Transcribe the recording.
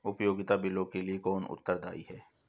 उपयोगिता बिलों के लिए कौन उत्तरदायी है?